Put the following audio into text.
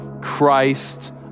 Christ